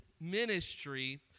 ministry